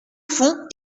fond